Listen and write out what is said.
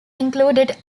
included